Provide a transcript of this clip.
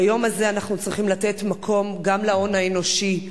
ביום הזה אנחנו צריכים לתת מקום גם להון האנושי,